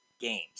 games